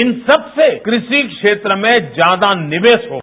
इन सबसे कृषि क्षेत्र में ज्यादा निवेश होगा